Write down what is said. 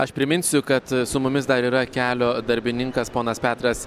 aš priminsiu kad su mumis dar yra kelio darbininkas ponas petras